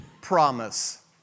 promise